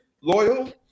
loyal